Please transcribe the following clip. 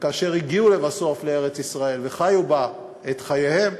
וכאשר הגיעו לבסוף לארץ-ישראל וחיו בה את חייהם